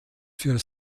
für